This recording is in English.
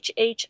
HH